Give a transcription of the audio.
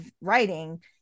writing